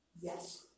yes